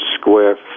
square